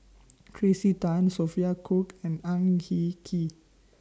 Tracey Tan Sophia Cooke and Ang Hin Kee